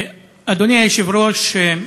אדוני היושב-ראש,